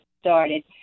started